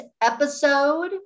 episode